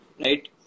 Right